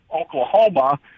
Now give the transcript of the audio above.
Oklahoma